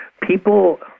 people